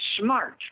smart